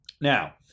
Now